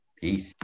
peace